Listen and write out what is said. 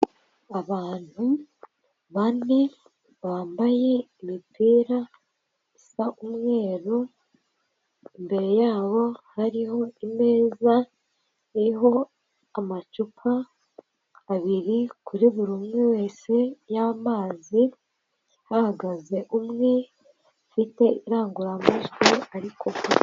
Antu bane bambaye imipira isa umweru imbere yabo hariho imeza iriho amacupa abiri kuri buri umwe wese y'amazi hahagaze umwe afite iranguramajwi ariko.